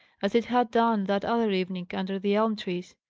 as it had done that other evening, under the elm trees.